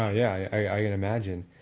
yeah, i can imagine.